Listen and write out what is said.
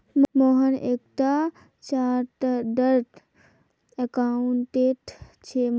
मोहन एक टा chartered accountant छे